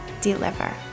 deliver